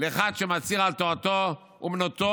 לאחד שמצהיר על תורתו אומנותו,